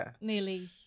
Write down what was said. nearly